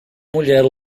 mulher